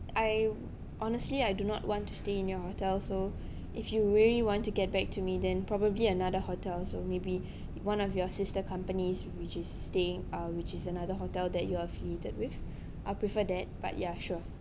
I honestly I do not want to stay in your hotel so if you really want to get back to me then probably another hotels ao maybe one of your sister companies which is staying uh which is another hotel that you are affiliated with I'll prefer that but yeah sure